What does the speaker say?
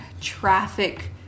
traffic